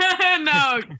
No